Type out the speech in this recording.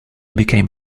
became